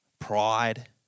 Pride